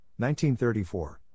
1934